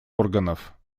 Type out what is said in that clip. органов